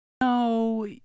No